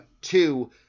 two